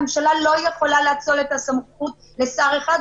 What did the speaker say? הממשלה לא יכולה לאצול את הסמכות לשר אחד,